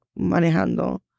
manejando